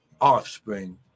offspring